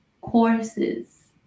courses